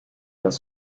los